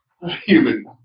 Human